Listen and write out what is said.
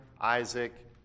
Isaac